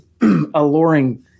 alluring